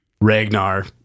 Ragnar